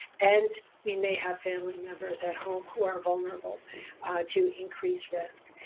and we may have family members at home who are vulnerable to increased risk.